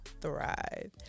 thrive